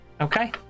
Okay